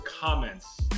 comments